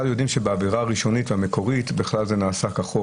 יודעים שבעבירה הראשונית המקורית זה נעשה כחוק,